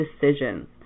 decisions